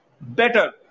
better